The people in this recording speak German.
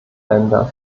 länder